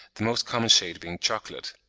the most common shade being chocolate.